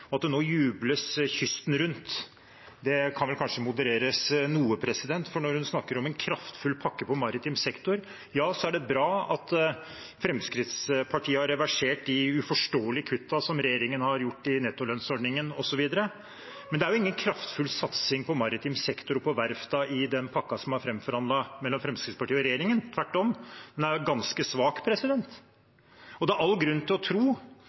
nå jubles kysten rundt, kan vel modereres noe. For representanten snakker om en kraftfull pakke for maritim sektor, og det er bra at Fremskrittspartiet har reversert de uforståelige kuttene som regjeringen har gjort i nettolønnsordningen osv., men det er ingen kraftfull satsing på maritim sektor og på verftene i den pakken som er framforhandlet mellom Fremskrittspartiet og regjeringen. Tvert om er den ganske svak. Det er all grunn til å tro